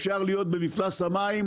אפשר להיות במפלס המים,